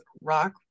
rock